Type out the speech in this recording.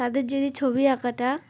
তাদের যদি ছবি আঁকাটা